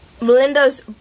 melinda's